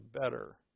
better